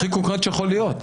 הכי קונקרטיות שיכולות להיות.